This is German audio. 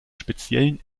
speziellen